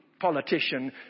politician